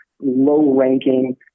low-ranking